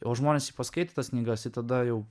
o žmonės jį paskaito tas knygas ir tada jau